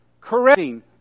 correcting